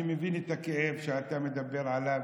אני מבין את הכאב שאתה מדבר עליו.